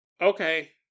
okay